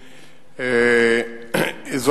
כאמור,